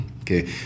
Okay